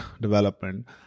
development